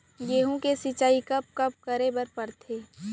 गेहूँ के सिंचाई कब कब करे बर पड़थे?